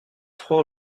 froid